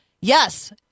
Yes